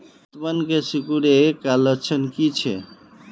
पतबन के सिकुड़ ऐ का लक्षण कीछै?